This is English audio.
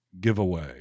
giveaway